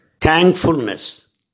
thankfulness